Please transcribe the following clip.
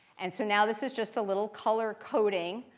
and so now this is just a little color coding.